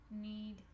need